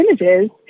images